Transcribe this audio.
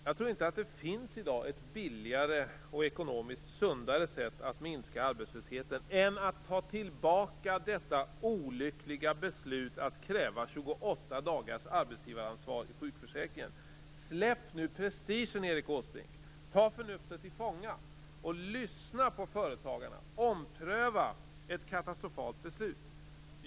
Jag tror inte att det i dag finns ett billigare och ekonomiskt sundare sätt att minska arbetslösheten på än att ta tillbaka detta olyckliga beslut att kräva 28 dagars arbetsgivaransvar i sjukförsäkringen. Släpp nu prestigen, Erik Åsbrink! Ta förnuftet till fånga och lyssna på företagarna och ompröva ett katastrofalt beslut!